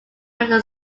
general